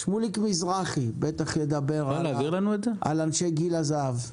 שמוליק מזרחי בוודאי ידבר על אנשי גיל הזהב.